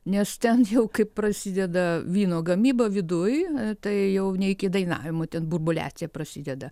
nes ten jau kai prasideda vyno gamyba viduj tai jau ne iki dainavimo ten burbuliacija prasideda